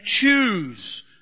choose